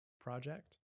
Project